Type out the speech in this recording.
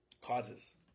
causes